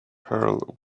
pearl